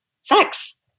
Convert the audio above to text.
sex